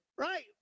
Right